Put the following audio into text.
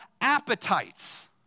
appetites